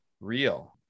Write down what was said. real